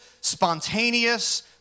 spontaneous